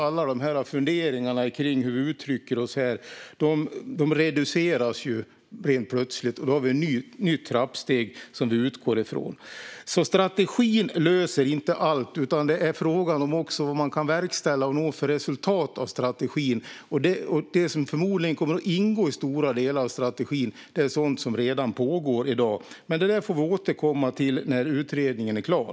Alla funderingarna över hur vi uttrycker oss här reduceras helt plötsligt, och då har vi ett nytt trappsteg att utgå från. Strategin löser inte allt, utan frågan är vad man kan verkställa och vilket resultat av strategin man kan nå. Det som förmodligen kommer att ingå i stora delar av strategin är sådant som redan pågår i dag. Men det får vi återkomma till när utredningen är klar.